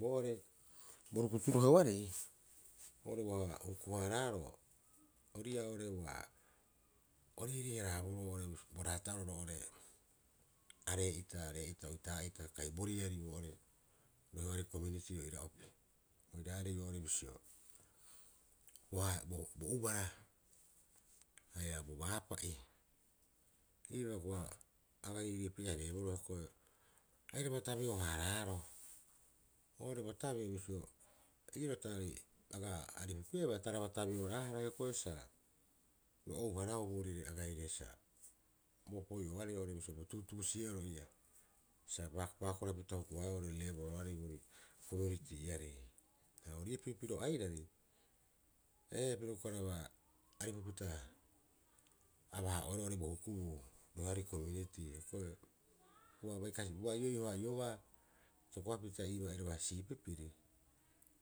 Boo'ore bo rukutu roheoarei oo'ore ua huku- haaraaroo ori ii'aa oo'ore ua o riiriiharaboro oo'ore bo raata'oro roo'ore aree'ita aree'ita oitaa'ita kai boriari boo'ore roheoarei komiuriti oira'opi oiraare oo'ore bisio bo ubara haia bo baapa'i iibaa hioko'i ua aga riiriipi- ehareeboroo hioko'i airaba tabeo- haaraaroo, oo'ore bo tabeo bisio iiroo ta aga aripupi'ebaa Taraba tabeo haraaroo hioko'i sa ouharaau agaire sa bo opoi'oarei oo'ore bisio bo tuutuusi'e'oro sa paokorapita hukuhaa'ohe revoioarei komiuritiiarei. Ha ori'iipii pirio airari ee, piro uka raba aripupita abahaa'oeroo oo'ore bo hukubuu roheoarei komiuritii hiokoe ua hiho'ihoaa iobaa